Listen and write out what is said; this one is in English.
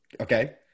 Okay